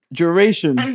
duration